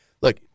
look